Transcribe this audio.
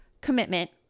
commitment